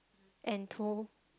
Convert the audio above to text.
and two